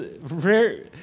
rare